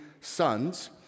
sons